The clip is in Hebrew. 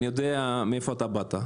אני יודע מאיפה באת.